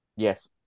Yes